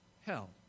hell